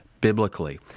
biblically